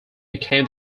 became